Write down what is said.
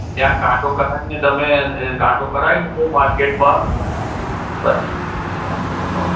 ત્યાં કાંટો કરાવીને તમે ત્યાં કાંટો કરાવી લેજો માર્કેટમાં બરાબર હો ને ઓકે